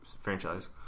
franchise